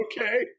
Okay